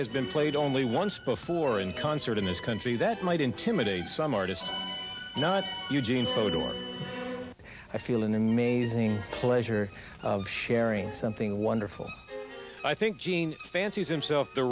has been played only once before in concert in this country that might intimidate some artist not eugene i feel an amazing pleasure of sharing something wonderful i think gene fancies himself the